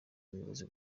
ubuyobozi